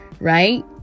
Right